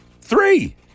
Three